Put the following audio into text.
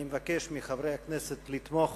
אני מבקש מחברי הכנסת לתמוך